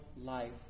life